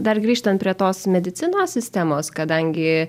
dar grįžtant prie tos medicinos sistemos kadangi